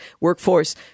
workforce